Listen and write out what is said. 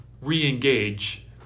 re-engage